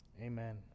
Amen